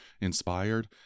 inspired